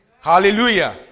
Hallelujah